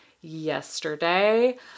yesterday